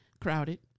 Crowded